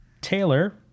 Taylor